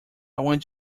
want